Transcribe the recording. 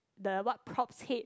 the what props head